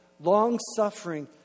long-suffering